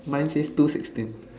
mine says two sixteen